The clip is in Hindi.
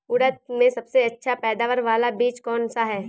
उड़द में सबसे अच्छा पैदावार वाला बीज कौन सा है?